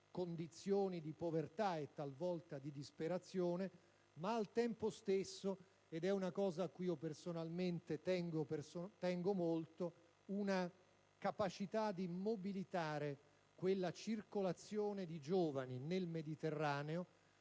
condizioni di povertà e talvolta di disperazione, ma al tempo stesso - è una cosa cui personalmente tengo molto - per favorire la mobilità, cioè la circolazione di giovani nel Mediterraneo.